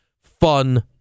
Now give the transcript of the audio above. fun